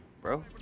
bro